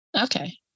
Okay